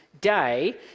day